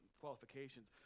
qualifications